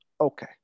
Okay